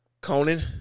Conan